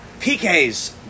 PKs